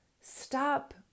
stop